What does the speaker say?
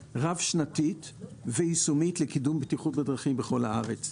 רב-שנתית ויישומית לקידום בטיחות בדרכים בכל הארץ,